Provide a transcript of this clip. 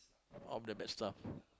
all the bad stuffs